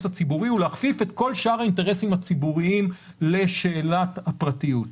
הציבורי ולהכפיף את כל שאר האינטרסים הציבוריים לשאלת הפרטיות.